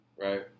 right